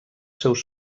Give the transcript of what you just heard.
seus